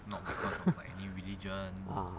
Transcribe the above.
ah